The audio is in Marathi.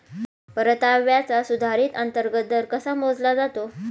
परताव्याचा सुधारित अंतर्गत दर कसा मोजला जातो?